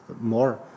more